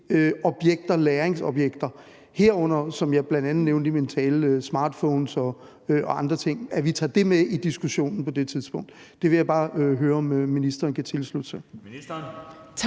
objekter, læringsobjekter, herunder, som jeg bl.a. nævnte i min tale, smartphones og andre ting, altså at vi tager det med i diskussionen på det tidspunkt. Det vil jeg bare høre om ministeren kan tilslutte sig.